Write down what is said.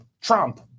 Trump